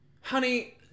Honey